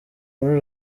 muri